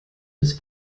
des